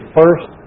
first